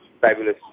fabulous